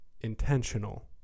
intentional